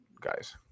guys